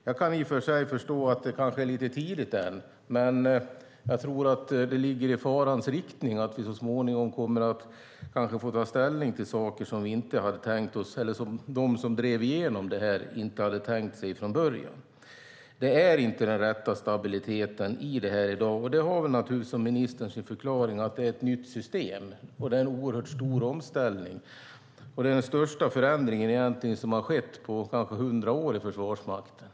Jag kan i och för sig förstå att det kanske är lite tidigt, men jag tror att det ligger i farans riktning att vi så småningom kommer att få ta ställning till saker som de som drev igenom detta inte hade tänkt sig från början. Den rätta stabiliteten finns inte i dag. Det har naturligtvis, som ministern säger, sin förklaring i att det är ett nytt system och en oerhört stor omställning. Det är den största förändring som skett på kanske hundra år i Försvarsmakten.